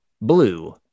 Blue